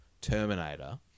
Terminator